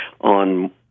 on